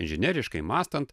žineriškai mąstant